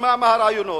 נשמע מה הרעיונות,